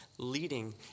leading